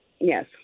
Yes